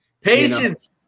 patience